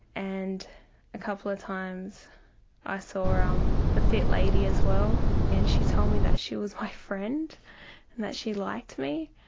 and a couple of times i saw um the fit lady as well and she told me that she was my friend and that she liked me.